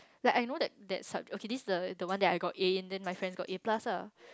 like I know that okay this is the the one that I got A and then my friend got A plus lah